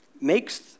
makes